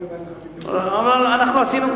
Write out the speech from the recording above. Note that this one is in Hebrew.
ולהגיד.